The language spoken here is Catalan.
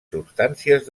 substàncies